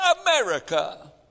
America